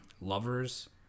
lovers